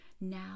now